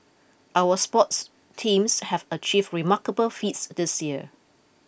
our sports teams have achieved remarkable feats this year